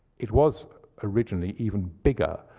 it was originally even bigger,